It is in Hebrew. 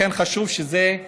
לכן, חשוב שתהיה